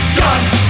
guns